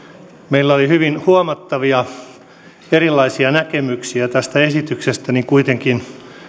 meillä oli hyvin huomattavia erilaisia näkemyksiä tästä esityksestä niin kuitenkin